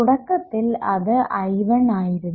തുടക്കത്തിൽ അത് I1 ആയിരുന്നു